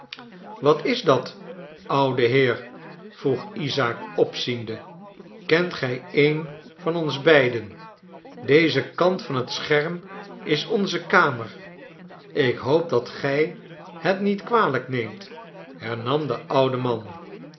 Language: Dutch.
wat is dat oude heer vroeg isaiik opziende kent gij een van ons beiden deze kant van het scherm is onze kamer ik hoop dat gij het niet kwalijk neemt hernam de oude man